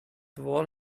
wohl